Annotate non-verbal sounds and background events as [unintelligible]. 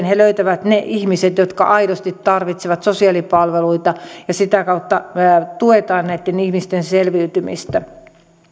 [unintelligible] he löytävät ne ihmiset jotka aidosti tarvitsevat sosiaalipalveluita ja sitä kautta tuetaan näitten ihmisten selviytymistä